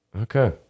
Okay